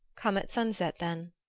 come at sunset then.